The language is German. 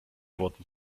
wurden